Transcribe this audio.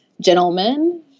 gentlemen